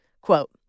Quote